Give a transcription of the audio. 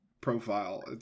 profile